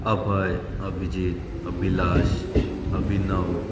Abhay Abhijeet Abhilash Abhinav